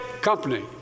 company